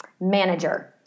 manager